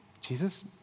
Jesus